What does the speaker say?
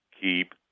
Keep